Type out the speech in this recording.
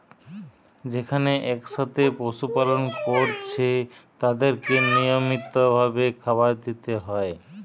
যেখানে একসাথে পশু পালন কোরছে তাদেরকে নিয়মিত ভাবে খাবার দিতে হয়